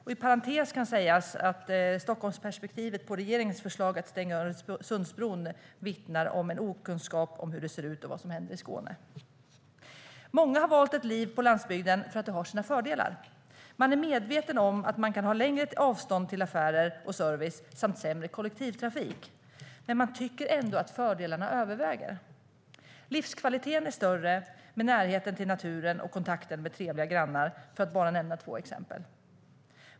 Inom parentes kan sägas att Stockholmsperspektivet på regeringens förslag att stänga Öresundsbron vittnar om okunskap om hur det ser ut och vad som händer i Skåne. Många har valt ett liv på landsbygden för att det har sina fördelar. Man är medveten om att man kan ha längre avstånd till affärer och service samt sämre kollektivtrafik. Men man tycker ändå att fördelarna överväger. Livskvaliteten är större med närheten till naturen och kontakten med trevliga grannar, för att nämna bara två exempel.